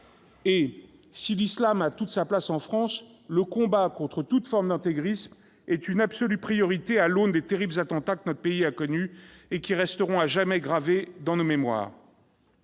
Si l'islam a toute sa place en France, le combat contre toute forme d'intégrisme est une absolue priorité à l'aune des terribles attentats que notre pays a connus et qui resteront à jamais gravés dans nos mémoires.